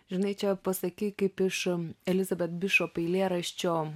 žinai čia pasakei kaip iš elizabet bišop eilėraščio